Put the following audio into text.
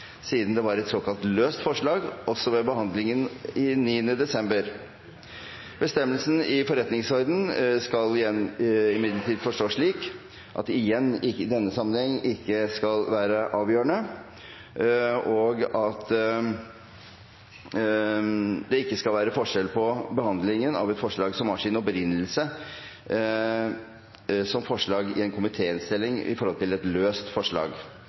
siden det var et såkalt løst forslag også ved behandlingen 9. desember. Bestemmelsen i forretningsordenen om at «det igjen blir komitébehandlet», kan imidlertid ikke tolkes slik at det vil være forskjell på behandlingen av et forslag som har sin opprinnelse som forslag i en komitéinnstilling og et «løst forslag»